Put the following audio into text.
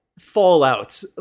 fallout